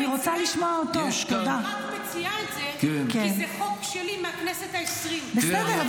אני רק מציעה את זה כי זה חוק שלי מהכנסת העשרים --- בסדר,